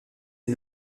est